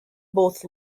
both